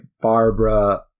Barbara